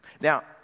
Now